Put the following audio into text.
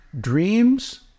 dreams